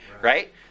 Right